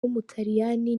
w’umutaliyani